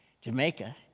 Jamaica